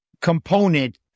component